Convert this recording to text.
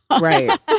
Right